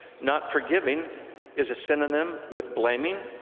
not forgiving is a synonym with blaming,